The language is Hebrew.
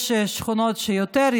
יש שכונות שיותר,